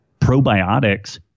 probiotics